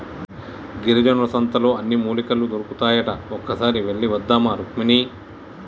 గిరిజనుల సంతలో అన్ని మూలికలు దొరుకుతాయట ఒక్కసారి వెళ్ళివద్దామా రుక్మిణి